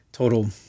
Total